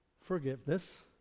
forgiveness